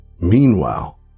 Meanwhile